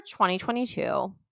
2022